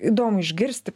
įdomu išgirsti